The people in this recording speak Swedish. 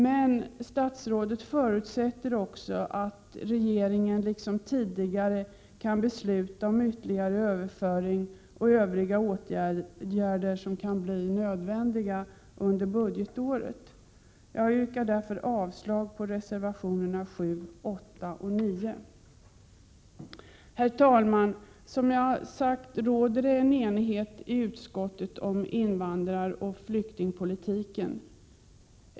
Men statsrådet förutsätter att regeringen liksom tidigare kan besluta om ytterligare överföring och övriga åtgärder som kan bli nödvändiga under budgetåret. Jag yrkar därför avslag på reservationerna 7, 8 och 9. Herr talman! Som jag tidigare sagt råder det enighet i utskottet om invandraroch flyktingpolitiken.